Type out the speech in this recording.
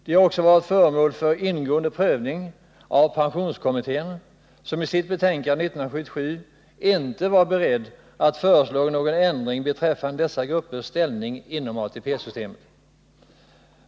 De har också varit föremål för ingående prövning av pensionskommittén, som i sitt betänkande 1977 inte var beredd att föreslå någon ändring beträffande dessa gruppers ställning inom ATP-systemet.